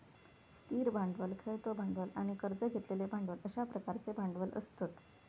स्थिर भांडवल, खेळतो भांडवल आणि कर्ज घेतलेले भांडवल अश्या प्रकारचे भांडवल असतत